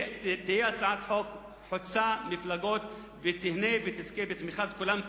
תהיה הצעת חוק חוצה מפלגות ותזכה בתמיכת כולם,